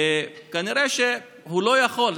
כנראה שהוא לא יכול.